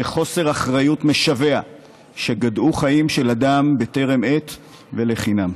וחוסר אחריות משווע גדעו חיים של אדם בטרם עת ולחינם.